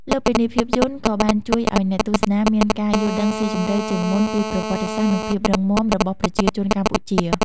លើសពីនេះ ភាពយន្តក៏បានជួយឲ្យអ្នកទស្សនាមាន ការយល់ដឹងស៊ីជម្រៅជាងមុនពីប្រវត្តិសាស្ត្រ និងភាពរឹងមាំ របស់ប្រជាជនកម្ពុជា។